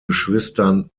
geschwistern